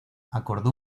acordó